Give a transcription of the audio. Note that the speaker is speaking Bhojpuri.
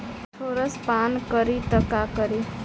फॉस्फोरस पान करी त का करी?